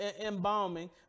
embalming